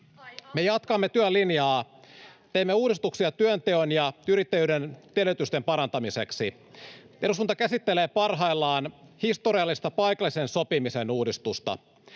Me jatkamme työn linjaa. Teemme uudistuksia työnteon ja yrittäjyyden edellytysten parantamiseksi. Eduskunta käsittelee parhaillaan historiallista paikallisen sopimisen uudistusta.